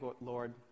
Lord